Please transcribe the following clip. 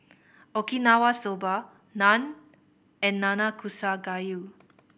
Okinawa Soba Naan and Nanakusa Gayu